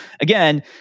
again